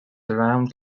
around